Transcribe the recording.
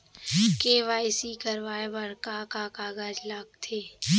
KYC कराये बर का का कागज लागथे?